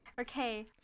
Okay